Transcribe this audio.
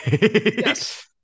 Yes